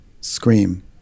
Scream